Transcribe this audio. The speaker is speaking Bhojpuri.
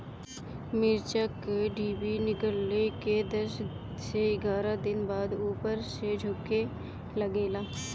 मिरचा क डिभी निकलले के दस से एग्यारह दिन बाद उपर से झुके लागेला?